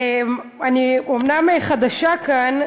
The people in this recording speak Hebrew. אני אומנם חדשה כאן,